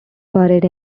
buried